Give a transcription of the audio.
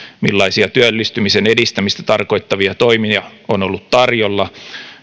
millaisia työllistymisen edistämistä tarkoittavia toimia on ollut tarjolla